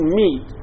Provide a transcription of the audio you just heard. meet